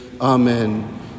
Amen